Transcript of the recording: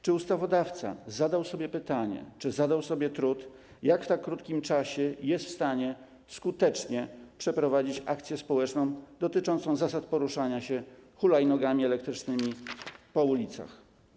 Czy ustawodawca zadał sobie pytanie - czy zadał sobie taki trud - czy w tak krótkim czasie jest w stanie skutecznie przeprowadzić informacyjną akcję społeczną dotyczącą zasad poruszania się hulajnogami elektrycznymi po ulicach.